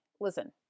listen